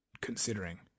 considering